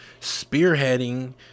spearheading